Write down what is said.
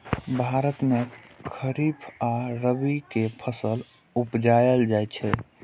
भारत मे खरीफ आ रबी के फसल उपजाएल जाइ छै